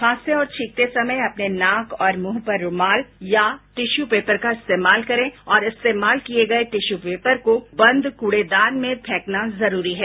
खांसते और छींकते समय अपने नाक और मुंह पर रूमाल या टिश्यू पेपर का इस्तेमाल करें और इस्तेमाल किये गये टिश्यू पेपर को बंद कूड़ेदान में फेंकना जरूरी है